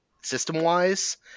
system-wise